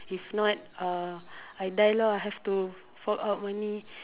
if not ah I die lah I have to fork out money